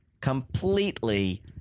completely